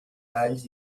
alls